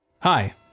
Hi